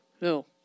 No